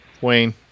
Wayne